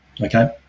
okay